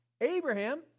Abraham